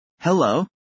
Hello